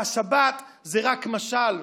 והשבת זה רק משל,